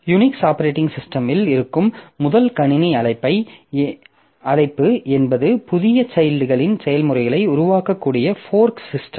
Unix operating சிஸ்டமில் இருக்கும் முதல் கணினி அழைப்பு என்பது புதிய சைல்ட்களின் செயல்முறைகளை உருவாக்கக்கூடிய ஃபோர்க் சிஸ்டம்